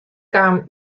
kamen